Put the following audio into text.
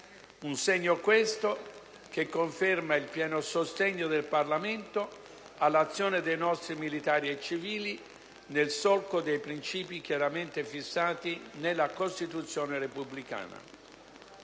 Un segno questo che conferma il pieno sostegno del Parlamento all'azione dei nostri militari e civili, nel solco dei principi chiaramente fissati nella Costituzione repubblicana.